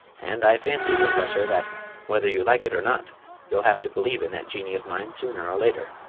and i fancy, professor, that whether you like it or not you'll have to believe in that jinnee of mine sooner or later.